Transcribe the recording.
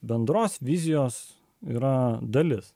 bendros vizijos yra dalis